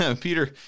Peter